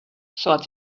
thought